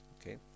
Okay